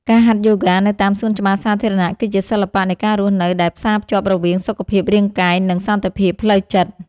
ការហាត់យូហ្គានៅតាមសួនច្បារសាធារណៈ គឺជាសិល្បៈនៃការរស់នៅដែលផ្សារភ្ជាប់រវាង សុខភាពរាងកាយ និងសន្តិភាពផ្លូវចិត្ត។